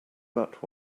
that